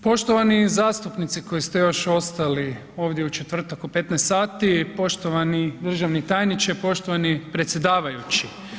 Poštovani zastupnici koji ste još ostali ovdje u četvrtak u 15 sati, poštovani državni tajniče, poštovani predsjedavajući.